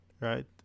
right